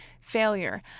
failure